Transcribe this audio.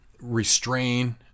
restrain